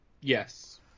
Yes